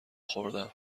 خوردم